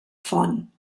font